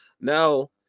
Now